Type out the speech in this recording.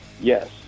Yes